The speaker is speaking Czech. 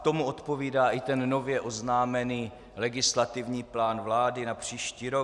Tomu odpovídá i ten nově oznámený legislativní plán vlády na příští rok.